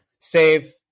save